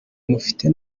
mufite